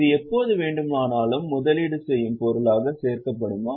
இது எப்போது வேண்டுமானாலும் முதலீடு செய்யும் பொருளாக சேர்க்கப்படுமா